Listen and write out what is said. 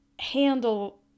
handle